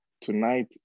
tonight